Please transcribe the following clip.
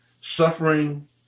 suffering